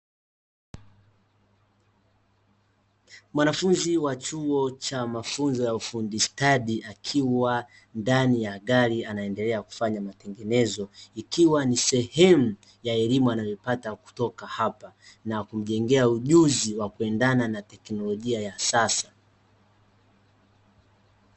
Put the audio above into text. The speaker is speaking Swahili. Mwanafunzi wa chuo cha mafunzo ya ufundi stadi akiwa ndani ya gari anaendelea kufanya matengenezo, ikiwa ni sehemu ya elimu anayopata kutoka hapa na kumjengea ujuzi wa kuendana na teknolojia ya sasa.